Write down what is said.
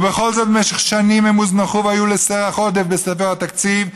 ובכל זאת במשך שנים הם הוזנחו והיו לסרח עודף בספר התקציב,